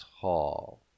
tall